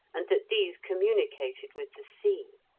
and that these communicated with the sea.